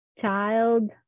child